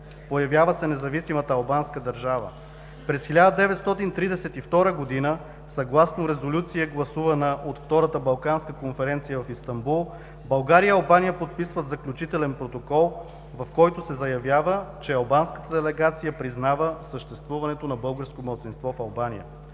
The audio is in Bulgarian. Появява се независимата Албанска държава. През 1932 г., съгласно резолюция, гласувана от Втората балканска конференция в Истанбул, България и Албания подписват заключителен протокол, в който се заявява, че албанската делегация признава съществуването на българско малцинство в Албания.